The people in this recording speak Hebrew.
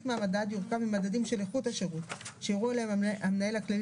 מהמדד יורכב ממדדים של איכות השירות שיורו עליהם המנהל הכללי